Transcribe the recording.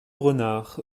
renard